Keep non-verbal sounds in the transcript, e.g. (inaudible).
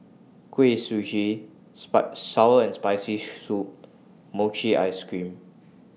Kuih Suji (unintelligible) Sour and Spicy Soup and Mochi Ice Cream